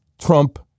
Trump